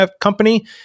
company